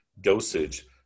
dosage